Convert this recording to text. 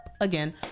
again